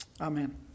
Amen